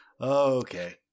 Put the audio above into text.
Okay